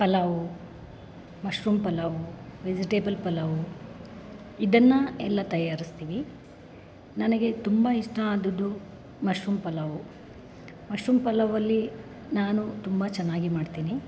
pulao mushroom pulao vegetable pulao ಇದನ್ನ ಎಲ್ಲ ತಯಾರಿಸ್ತೀನಿ ನನಗೆ ತುಂಬ ಇಷ್ಟ ಆದದ್ದು ಮಶ್ರೂಮ್ ಪಲಾವು ಮಶ್ರೂಮ್ ಪಲಾವಲ್ಲಿ ನಾನು ತುಂಬ ಚೆನ್ನಾಗಿ ಮಾಡ್ತೀನಿ